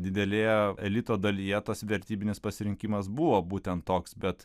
didelėje elito dalyje tas vertybinis pasirinkimas buvo būtent toks bet